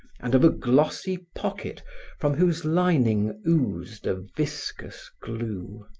and of a glossy pocket from whose lining oozed a viscous glue.